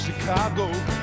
Chicago